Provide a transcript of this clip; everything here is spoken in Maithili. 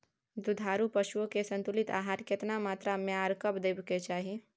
दुधारू पशुओं के संतुलित आहार केतना मात्रा में आर कब दैय के चाही?